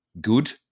good